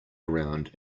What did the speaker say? around